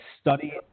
study